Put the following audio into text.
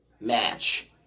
match